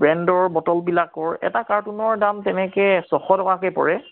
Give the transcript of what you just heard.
ব্ৰেণ্ডৰ বটলবিলাকৰ এটা কাৰ্টুনৰ দাম তেনেকৈ ছশ টকাকৈ পৰে